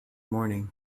morning